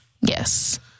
Yes